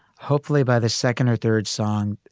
hopefully by the second or third song,